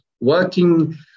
working